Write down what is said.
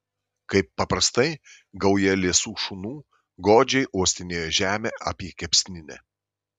kaip paprastai gauja liesų šunų godžiai uostinėjo žemę apie kepsninę